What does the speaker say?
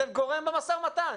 אתם גורם במשא ומתן.